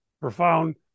profound